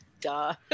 Duh